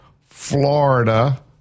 Florida